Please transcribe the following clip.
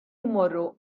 jmorru